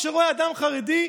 כשהוא רואה אדם חרדי,